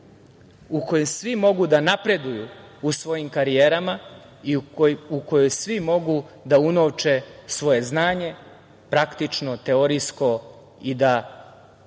u kojoj svi mogu da napreduju u svojim karijerama i u kojoj svi mogu da unovče svoje znanje, praktično, teorijsko i da